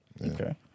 Okay